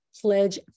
pledge